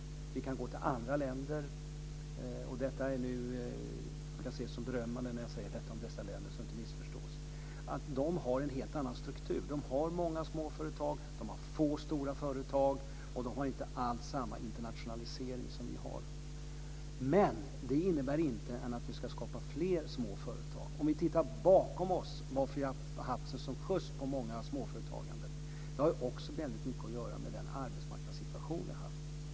Vi kan gå till andra länder - det ska ses som berömmande när jag säger detta om dessa länder, det ska inte missförstås - som har en helt annan struktur med många småföretag, få stora företag och inte alls samma internationalisering som vi har. Men det innebär inte att vi inte ska skapa fler småföretag. Låt oss titta bakom oss och se varför vi har haft sådan skjuts på småföretagande. Det har att göra med den arbetsmarknadssituation som vi har haft.